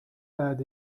بعد